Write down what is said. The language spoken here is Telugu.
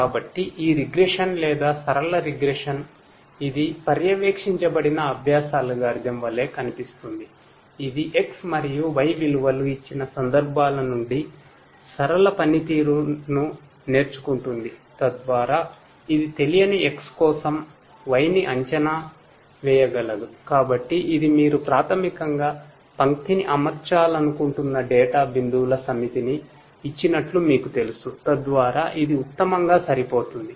కాబట్టి ఈ రిగ్రెషన్ బిందువుల సమితిని ఇచ్చినట్లు మీకు తెలుసు తద్వారా ఇది ఉత్తమంగా సరిపోతుంది